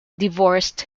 divorced